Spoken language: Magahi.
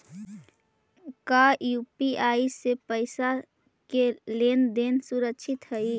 का यू.पी.आई से पईसा के लेन देन सुरक्षित हई?